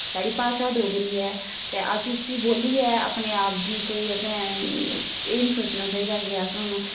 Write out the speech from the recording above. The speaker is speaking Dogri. साढ़ी भाशा डोगरी ऐ ते अस इस्सी बोल्लियै अपने आप गी कोई असैं एह् निं सोचना चाहिदा कि अस हुन